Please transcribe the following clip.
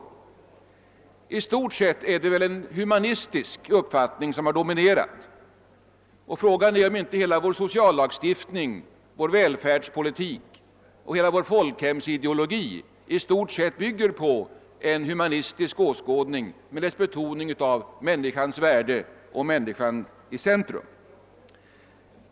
I stort sett är det väl en humanistisk uppfattning som har dominerat, och frågan är om inte hela vår sociallagstiftning, hela vår välfärdspolitik och hela vår folkhemsideologi i stort sett bygger på en humanistisk åskådning med dess betoning av människans värde, av att människan skall sättas i centrum.